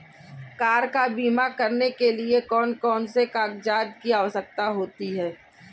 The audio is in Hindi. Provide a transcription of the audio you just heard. कार का बीमा करने के लिए कौन कौन से कागजात की आवश्यकता होती है?